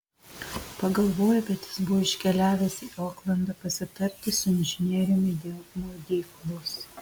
pagalvojo bet jis buvo iškeliavęs į oklandą pasitarti su inžinieriumi dėl maudyklos